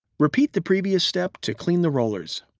repeat the previous step to clean the rollers.